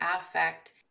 affect